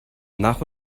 nach